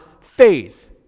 faith